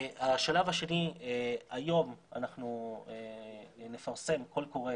השלב השני, היום אנחנו נפרסם קול קורא